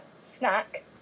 snack